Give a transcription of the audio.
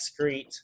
excrete